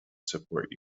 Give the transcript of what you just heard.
support